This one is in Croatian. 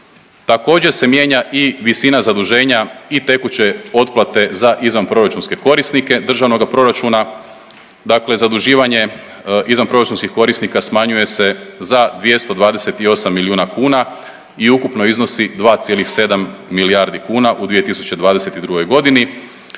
Također se mijenja i visina zaduženja i tekuće otplate za izvanproračunske korisnike državnoga proračuna. Dakle, zaduživanje izvanproračunskih korisnika smanjuje se za 228 milijuna kuna i ukupno iznosi 2,7 milijardi kuna u 2022.g.,